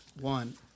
one